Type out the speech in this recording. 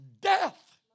death